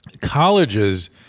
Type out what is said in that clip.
colleges